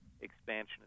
expansion